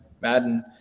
Madden